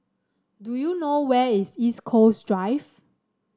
do you know where is East Coast Drive